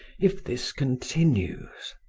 if this continues.